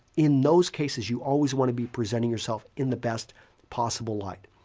in those cases, you always want to be presenting yourself in the best possible light.